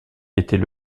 était